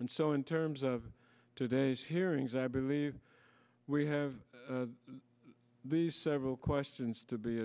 and so in terms of today's hearings i believe we have the several questions